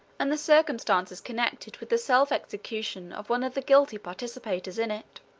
and the circumstances connected with the self-execution of one of the guilty participators in it.